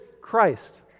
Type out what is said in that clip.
Christ